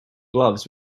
gloves